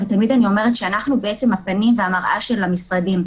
ותמיד אני אומרת שאנחנו הפנים והמראה של המשרדים.